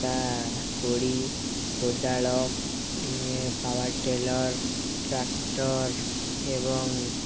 ଦାଆ କୋଡ଼ି କୋଦାଳ ପାୱାର୍ ଟିଲର୍ ଟ୍ରାକ୍ଟର୍ ଏବଂ